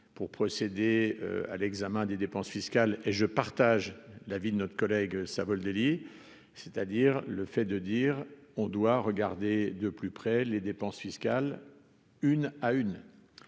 pour procéder à l'examen des dépenses fiscales et je partage l'avis de notre collègue Savoldelli, c'est-à-dire le fait de dire on doit regarder de plus près les dépenses fiscales, une à une,